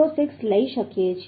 606 લઈ શકીએ છીએ